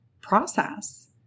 process